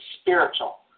spiritual